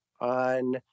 on